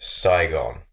Saigon